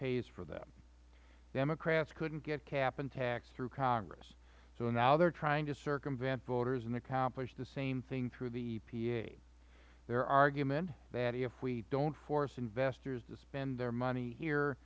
pays for them democrats couldn't get cap and tax through congress so now they are trying to circumvent voters and accomplish the same thing through the epa their argument that if we don't force investors to spend their money here